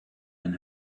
and